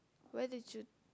where did you